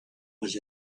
was